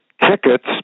tickets